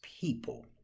people